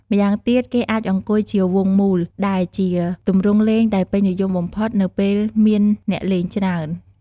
ម្យ៉ាងទៀតគេអាចអង្គុយជាវង់មូល ដែលជាទម្រង់លេងដែលពេញនិយមបំផុតនៅពេលមានអ្នកលេងច្រើន។